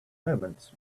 moments